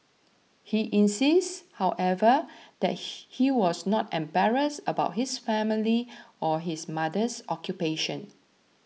he insists however that he was not embarrassed about his family or his mother's occupation